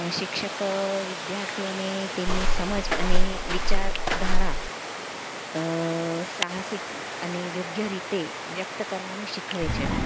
શિક્ષક વિદ્યાર્થીઓને તેમની સમજ અને વિચારધારા સાહસિક અને યોગ્ય રીતે વ્યક્ત કરવાનું શીખવે છે